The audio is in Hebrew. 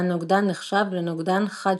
והנוגדן נחשב לנוגדן חד-שבטי.